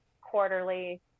quarterly